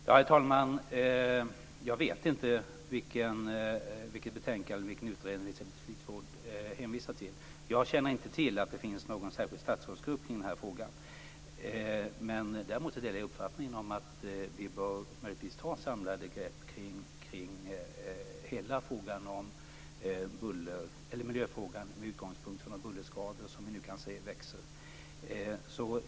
Herr talman! Jag vet inte vilket betänkande och vilken utredning Elisabeth Fleetwood hänvisar till. Jag känner inte till att det finns någon särskild statsrådsgrupp i den här frågan, men däremot delar jag uppfattningen om att vi möjligtvis bör ta samlade grepp kring hela miljöfrågan med utgångspunkt från de bullerskador som vi nu kan se växer.